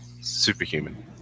superhuman